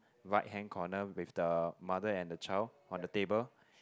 right hand corner with the mother and the child on the table